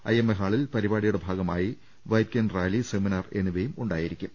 I M A ഹാളിൽ പരിപാടിയുടെ ഭാഗമായി വൈറ്റ്കെയ്ൻ റാലി സെമിനാർ എന്നിവയുമുണ്ടാകും